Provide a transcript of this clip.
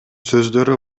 сөздөрү